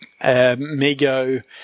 Mego